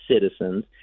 citizens